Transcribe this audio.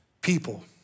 people